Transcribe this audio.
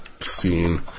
scene